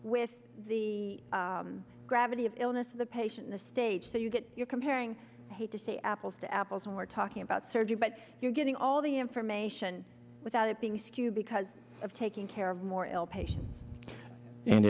with the gravity of illness of the patient the stage that you get you're comparing hate to say apples to apples when we're talking about surgery but you're getting all the information without it being skewed because of taking care of more ill patients and